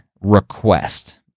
request